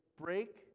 break